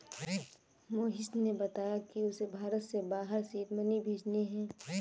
मोहिश ने बताया कि उसे भारत से बाहर सीड मनी भेजने हैं